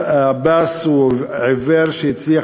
עבאס הוא עיוור שהצליח,